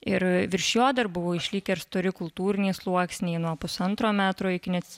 ir virš jo dar buvo išlikę ir stori kultūriniai sluoksniai nuo pusantro metro iki net